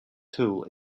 tool